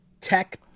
Tech